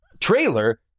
trailer